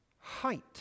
Height